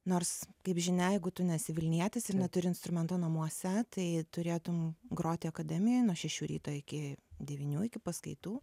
nors kaip žinia jeigu tu nesi vilnietis ir neturi instrumento namuose tai turėtum groti akademijoj nuo šešių ryto iki devynių iki paskaitų